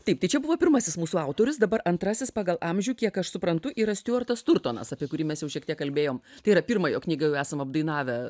taip tai čia buvo pirmasis mūsų autorius dabar antrasis pagal amžių kiek aš suprantu yra stiuartas turtonas apie kurį mes jau šiek tiek kalbėjom tai yra pirmą jo knygą jau esam apdainavę